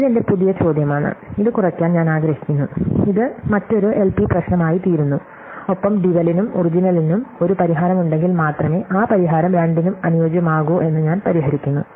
ഇത് എന്റെ പുതിയ ചോദ്യമാണ് ഇത് കുറയ്ക്കാൻ ഞാൻ ആഗ്രഹിക്കുന്നു ഇത് മറ്റൊരു എൽപി പ്രശ്നമായി തീരുന്നു ഒപ്പം ഡ്യുവലിനും ഒറിജിനലിനും ഒരു പരിഹാരമുണ്ടെങ്കിൽ മാത്രമേ ആ പരിഹാരം രണ്ടിനും അനുയോജ്യമാകൂ എന്ന് ഞാൻ പരിഹരിക്കുന്നു